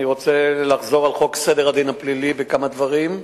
אני רוצה לחזור על חוק סדר הדין הפלילי בכמה דברים,